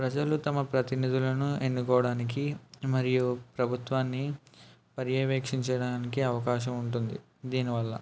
ప్రజలు తమ ప్రతినిధులను ఎన్నుకోడానికి మరియు ప్రభుత్వాన్ని పర్యవేక్షించడానికి అవకాశం ఉంటుంది దీని వల్ల